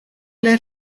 let